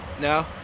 No